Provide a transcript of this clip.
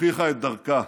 הוכיחה את דרכה,